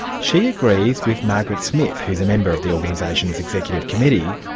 she agrees with margaret smith, who is a member of the organisation's executive committee,